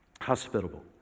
hospitable